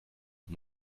uhr